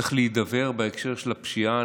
בהקשר של הפשיעה,